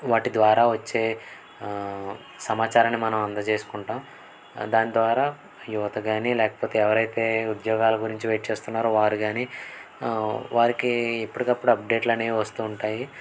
వాటి ద్వారా వచ్చే సమాచారాన్ని మనం అందజేసుకుంటాం దాని ద్వారా యువత కాని లేకపోతే ఎవరైతే ఉద్యోగాల గురించి వెయిట్ చేస్తున్నారో వారు కాని వారికి ఎప్పుడికప్పుడు అప్డేట్లు అనేవి వస్తూ ఉంటాయి